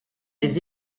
des